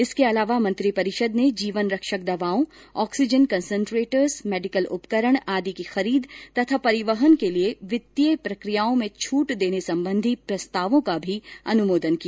इसके अलावा मंत्रिपरिषद ने जीवन रक्षक दवाओं ऑक्सीजन कन्सन्ट्रेटर मेडिकल उपकरण आदि की खरीद तथा परिवहन के लिए वित्तीय प्रक्रियाओं में छट देने संबंधी प्रस्तावों का भी अनुमोदन किया